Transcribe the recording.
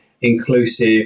inclusive